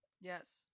Yes